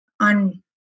On